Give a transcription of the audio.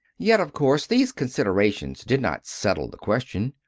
yet, of course, these considerations did not settle the question.